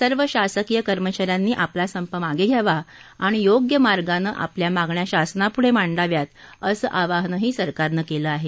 सर्व शासकीय कर्मचाऱ्यांनी आपला संप मागे घ्यावा आणि योग्य मार्गाने आपल्या मागण्या शासनापुढे मांडाव्यात असं आवाहनही सरकारनं केलं आहे